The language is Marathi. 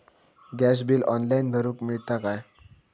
गॅस बिल ऑनलाइन भरुक मिळता काय?